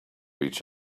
each